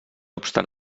obstant